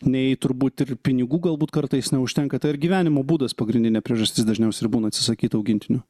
nei turbūt ir pinigų galbūt kartais neužtenka tai ar gyvenimo būdas pagrindinė priežastis dažniausiai ir būna atsisakyt augintinių